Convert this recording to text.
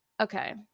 Okay